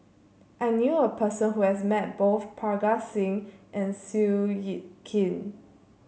I knew a person who has met both Parga Singh and Seow Yit Kin